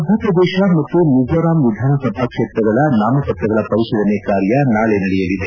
ಮಧ್ವಪ್ರದೇಶ ಮತ್ತು ಮಿಜೋರಾಂ ವಿಧಾನಸಭಾ ಕ್ಷೇತ್ರಗಳ ನಾಮಪತ್ರಗಳ ಪರಿಶೀಲನೆ ಕಾರ್ಯ ನಾಳೆ ನಡೆಯಲಿದೆ